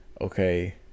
okay